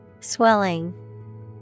swelling